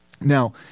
Now